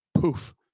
poof